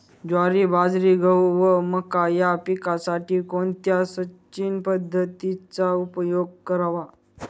ज्वारी, बाजरी, गहू व मका या पिकांसाठी कोणत्या सिंचन पद्धतीचा उपयोग करावा?